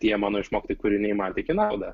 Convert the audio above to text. tie mano išmokti kūriniai man tik į naudą